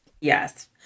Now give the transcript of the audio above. Yes